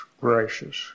gracious